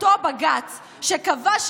זה אותו בג"ץ שקבע,